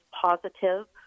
positive